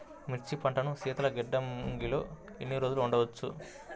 మిర్చి పంటను శీతల గిడ్డంగిలో ఎన్ని రోజులు ఉంచవచ్చు?